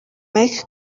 mike